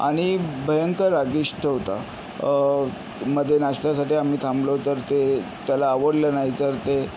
आणि भयंकर रागीष्ट होता मधे नाश्त्यासाठी आम्ही थांबलो तर ते त्याला आवडलं नाही तर ते